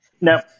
no